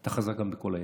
אתה חזק גם בכל היתר.